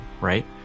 right